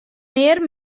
mear